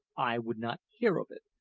i would not hear of it,